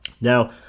Now